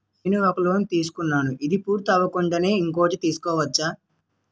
నేను ఒక లోన్ తీసుకున్న, ఇది పూర్తి అవ్వకుండానే ఇంకోటి తీసుకోవచ్చా?